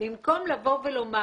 במקום לבוא ולומר